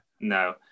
No